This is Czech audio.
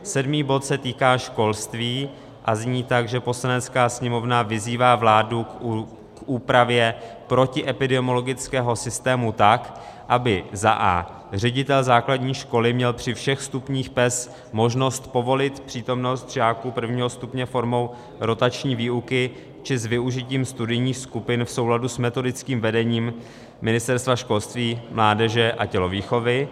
Sedmý bod se týká školství a zní tak, že Poslanecká sněmovna vyzývá vládu k úpravě protiepidemiologického systému tak, aby a) ředitel základní školy měl při všech stupních PES možnost povolit přítomnost žáků prvního stupně formou rotační výuky či s využitím studijních skupin v souladu s metodickým vedením Ministerstva školství, mládeže a tělovýchovy;